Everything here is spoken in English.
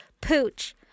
pooch